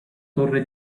torre